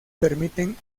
permiten